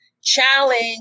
challenge